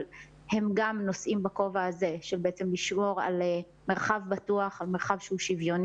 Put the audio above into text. אבל הם גם נושאים בכובע של שמירה על מרחב בטוח ושוויוני.